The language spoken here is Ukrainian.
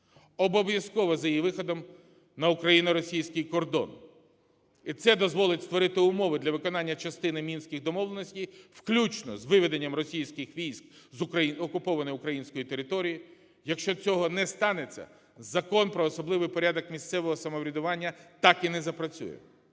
Обов'язково з її виходом на україно-російський кордон. І це дозволить створити умови для виконання частини Мінських домовленостей включно з виведенням російських військ з окупованої української території. Якщо цього не станеться, Закон про особливий порядок місцевого самоврядування так і не запрацює.